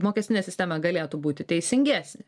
mokestinė sistema galėtų būti teisingesnė